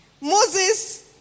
Moses